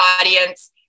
audience